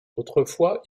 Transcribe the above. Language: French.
autrefois